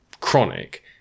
chronic